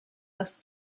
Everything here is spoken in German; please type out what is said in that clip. das